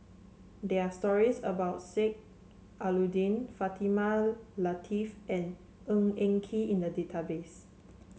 there are stories about Sheik Alau'ddin Fatimah Lateef and Ng Eng Kee in the database